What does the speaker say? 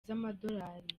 z’amadolari